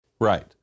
Right